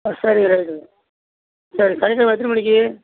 ஆ சரிங்க ரைட்டுங்க சரி சனிக்கிலம எத்தனி மணிக்கு